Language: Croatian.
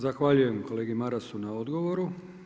Zahvaljujem kolegi Marasu na odgovor.